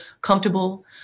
comfortable